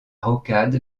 rocade